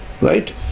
Right